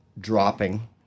dropping